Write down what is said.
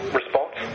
response